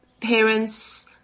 parents